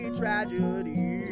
tragedy